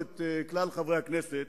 או את כלל חברי הכנסת,